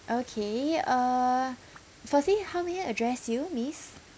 okay uh firstly how may I address you miss